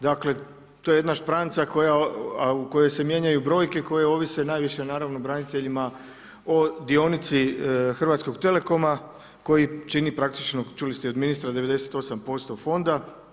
Dakle, to je jedna špranca u kojoj se mijenjaju brojke koje ovise najviše naravno braniteljima o dionici Hrvatskog telekoma koji čini praktično čuli ste i od ministra 98% fonda.